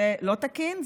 זה לא תקין.